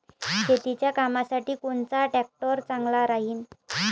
शेतीच्या कामासाठी कोनचा ट्रॅक्टर चांगला राहीन?